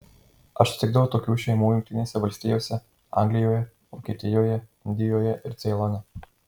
aš sutikdavau tokių šeimų jungtinėse valstijose anglijoje vokietijoje indijoje ir ceilone